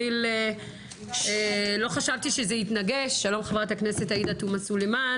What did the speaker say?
שלום לחברת הכנסת עאידה תומא סלימאן,